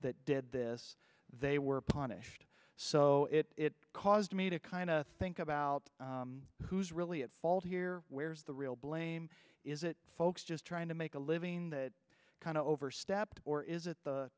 that did this they were punished so it caused me to kind of think about who's really at fault here where's the real blame is it folks just trying to make a living that kind of overstepped or is it the